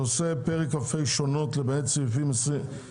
הנושא: פרק כ"ה (שונות) למעט סעיפים